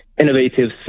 innovative